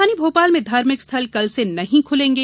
राजधानी भोपाल में धार्मिक स्थल कल से नहीं खुलेंगे